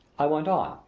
i went on,